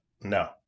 no